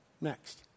Next